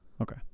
Okay